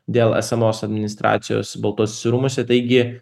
dėl esamos administracijos baltuosiuose rūmuose taigi